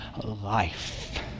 life